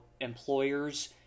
employers